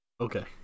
Okay